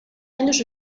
años